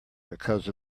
because